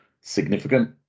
significant